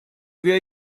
wir